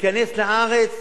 להיכנס לארץ,